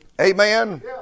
Amen